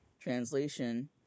translation